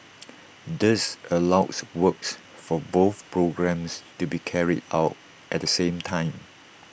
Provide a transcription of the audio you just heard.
this allows works for both programmes to be carried out at the same time